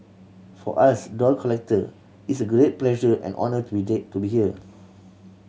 for us doll collector it's a great pleasure and honour to be there to be here